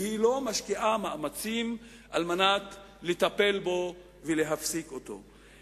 והיא לא משקיעה מאמצים לטפל בו ולהפסיק אותו.